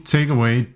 Takeaway